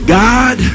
god